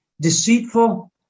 deceitful